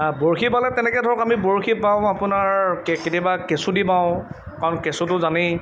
বৰশী বালে তেনেকৈ ধৰক আমি বৰশী বাওঁ আপোনাৰ কে কেতিয়াবা কেঁচু দি বাওঁ কাৰণ কেঁচুটো জানেই